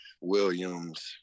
williams